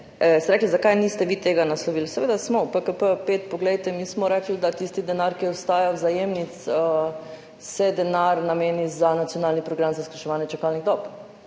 ste, zakaj niste vi tega naslovili. Seveda smo, v PKP5 poglejte, mi smo rekli, da se tisti denar, ki ostaja v Vzajemni, nameni za nacionalni program za skrajševanje čakalnih dob.